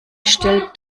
stellt